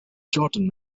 jordan